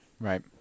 Right